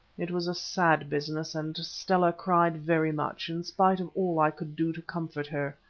it was a sad business, and stella cried very much, in spite of all i could do to comfort her.